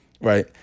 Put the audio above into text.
right